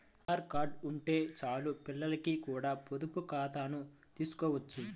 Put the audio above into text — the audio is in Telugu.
ఆధార్ కార్డు ఉంటే చాలు పిల్లలకి కూడా పొదుపు ఖాతాను తీసుకోవచ్చు